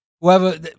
Whoever